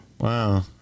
Wow